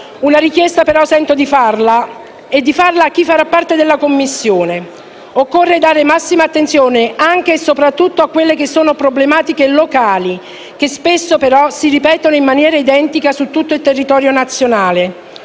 Una richiesta però sento di avanzarla, e di farlo a chi farà parte della Commissione: occorre dare massima attenzione anche e soprattutto alle problematiche locali, che spesso però si ripetono in maniera identica su tutto il territorio nazionale.